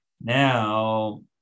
Now